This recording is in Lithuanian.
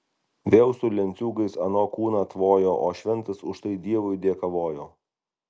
vėl su lenciūgais ano kūną tvojo o šventas už tai dievui dėkavojo